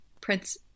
Prince